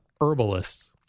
herbalists